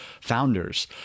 founders